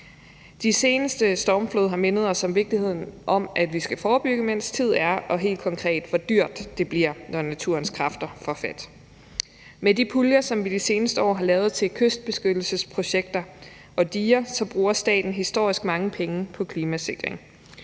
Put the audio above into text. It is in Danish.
De seneste stormfloder har mindet os om vigtigheden af, at vi skal forebygge, mens tid er, og helt konkret, hvor dyrt det bliver, når naturens kræfter får fat. Med de puljer, som vi de seneste år har lavet til kystbeskyttelsesprojekter og diger, bruger staten historisk mange penge på klimasikring.